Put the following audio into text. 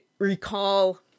Recall